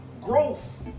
growth